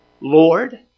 Lord